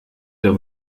der